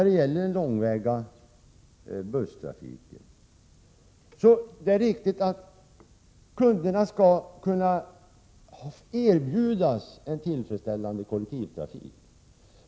Beträffande långväga busstrafik: Det är riktigt att kunderna skall erbjudas en tillfredsställande kollektivtrafik.